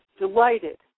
delighted